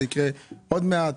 זה יקרה עוד מעט,